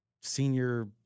senior